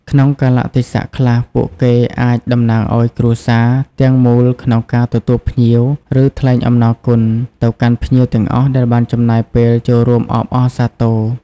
ក្នុងកាលៈទេសៈខ្លះ ពួកគេអាច តំណាងឱ្យគ្រួសារ ទាំងមូលក្នុងការ ទទួលភ្ញៀវ ឬ ថ្លែងអំណរគុណ ទៅកាន់ភ្ញៀវទាំងអស់ដែលបានចំណាយពេលចូលរួមអបអរសាទរ។